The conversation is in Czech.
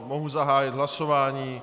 Mohu zahájit hlasování.